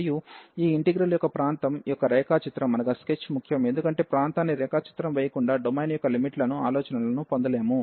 మరియు ఈ ఇంటిగ్రల్ యొక్క ప్రాంతం యొక్క రేఖా చిత్రం ముఖ్యం ఎందుకంటే ప్రాంతాన్ని రేఖా చిత్రం వేయకుండా డొమైన్ యొక్క లిమిట్ ల ఆలోచనను పొందలేము